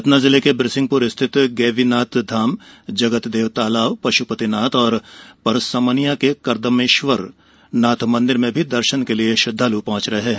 सतना जिले के बिरसिंहपुर स्थित गैवीनाथ धाम जगतदेव तालाब पशुपतिनाथ एवं परसमनिया के कर्दमेश्वर नाथ मंदिर में दर्शन के लिए श्रद्वालु पहुंच रहे है